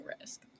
risk